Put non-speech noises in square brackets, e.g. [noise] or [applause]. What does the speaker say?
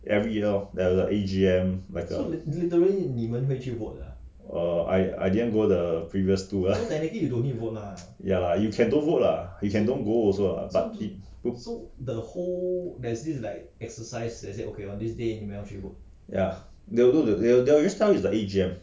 every year there the A_G_M like a err I I didn't go the previous two [laughs] ya lah you can don't vote lah you can don't go also lah but ya they they will just tell you is a A_G_M